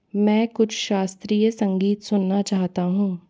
मैं कुछ शास्त्रीय संगीत सुनना चाहता हूँ